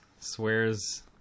swears